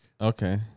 Okay